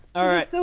alright, so